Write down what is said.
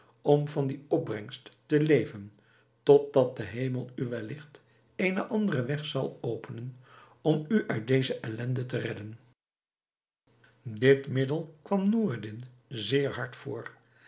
om van die opbrengst te leven totdat de hemel u welligt eenen anderen weg zal openen om u uit deze ellende te redden dit middel kwam noureddin zeer hard voor